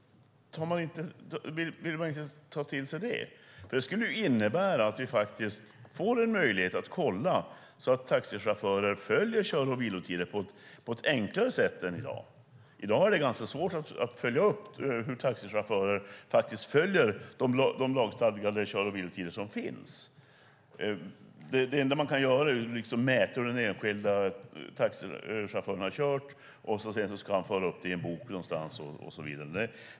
Varför vill man inte ta till sig det? Det skulle innebära att vi får en möjlighet att kontrollera att taxichaufförer följer kör och vilotider på ett enklare sätt än i dag. I dag är det ganska svårt att följa upp hur taxichaufförer följer de lagstadgade kör och vilotider som finns. Det enda man kan göra är att mäta hur den enskilda taxichauffören har kört och sedan föra upp det i en bok någonstans och så vidare.